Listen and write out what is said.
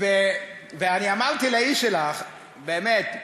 ואני אמרתי לאיש שלך באמת,